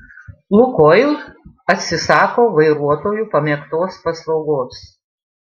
lukoil atsisako vairuotojų pamėgtos paslaugos